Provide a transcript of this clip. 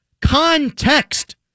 Context